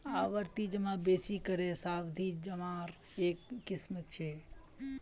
आवर्ती जमा बेसि करे सावधि जमार एक किस्म छ